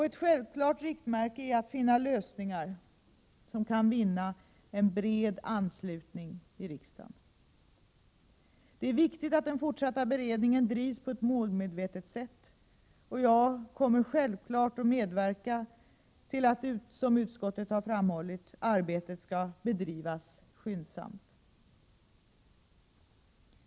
Ett självklart riktmärke är att finna lösningar som kan vinna en bred anslutning i riksdagen. Det är viktigt att den fortsatta beredningen drivs på ett målmedvetet sätt, och jag kommer självfallet att medverka till att, som utskottet har framhållit, arbetet skall bedrivas skyndsamt.